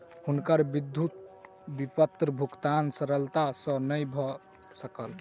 हुनकर विद्युत विपत्र भुगतान सरलता सॅ नै भ सकल